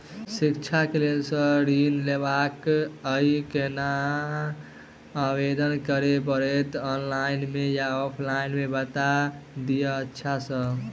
शिक्षा केँ लेल लऽ ऋण लेबाक अई केना आवेदन करै पड़तै ऑनलाइन मे या ऑफलाइन मे बता दिय अच्छा सऽ?